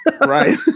Right